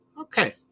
Okay